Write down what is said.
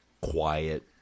quiet